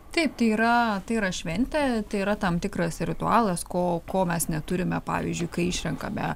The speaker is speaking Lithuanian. taip yra tai yra šventė tai yra tam tikras ritualas ko ko mes neturime pavyzdžiui kai išrenkame